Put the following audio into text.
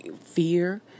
fear